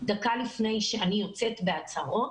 דקה לפני שאני יוצאת בהצהרות,